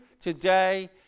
today